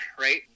right